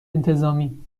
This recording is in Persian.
انتظامی